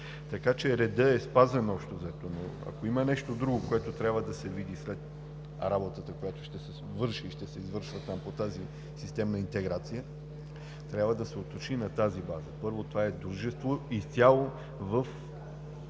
Така че редът е спазен, общо взето, но ако има нещо друго, което трябва да се види след работата, която ще се върши и ще се извършва там по тази системна интеграция, трябва да се уточни на тази база. Първо, това е дружество изцяло в